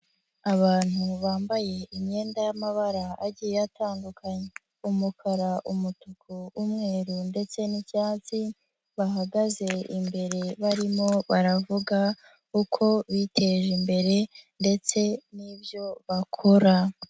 Abantu bambaye imyenda y'amabara agiye atandukanye, umukara, umutuku, umweru ndetse n'icyatsi, bahagaze imbere barimo baravuga uko biteje imbere ndetse n'ibyo bakora.